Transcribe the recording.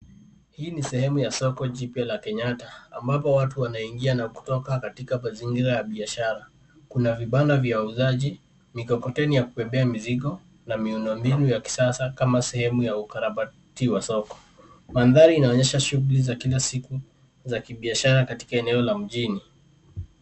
Hii ni sehemu ya soko jipya ya kenyatta ambapo watu wanaingia na kutoka katika mazingira ya biashara. Kuna vibanda ya wauzaji, mikokoteni ya kubebea mizigo na miundombinu ya kisasa kama sehemu ya ukarabati wa soko. Mandhari inaonyesha shughuli za kila siku za kibiashara katika eneo la mjini.